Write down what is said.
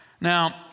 Now